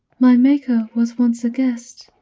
my maker was once a guest,